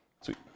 Sweet